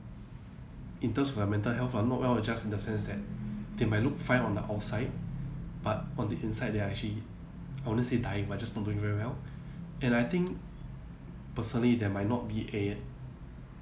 in terms where mental health are not well adjust in the sense that they might look fine on the outside but on the inside they are actually honestly dying but just not doing very well and I think personally there might not be a